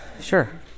Sure